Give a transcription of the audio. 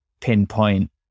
pinpoint